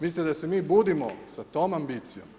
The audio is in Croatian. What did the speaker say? Mislite da se mi budimo sa tom ambicijom?